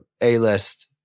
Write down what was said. A-list